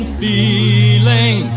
feeling